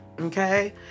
Okay